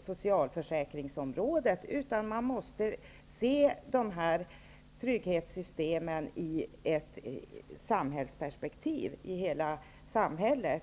socialförsäkringsområdet, utan man måste se de här trygghetssystemen i ett perspektiv som omfattar hela samhället.